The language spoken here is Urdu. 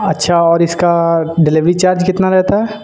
اچھا اور اس کا ڈلیوری چارج کتنا رہتا ہے